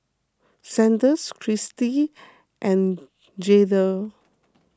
Sanders Chrissy and Jaleel